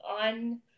on